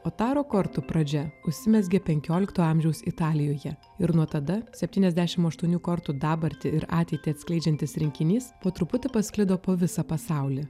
o taro kortų pradžia užsimezgė penkiolikto amžiaus italijoje ir nuo tada septyniasdešim aštuonių kortų dabartį ir ateitį atskleidžiantis rinkinys po truputį pasklido po visą pasaulį